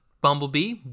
bumblebee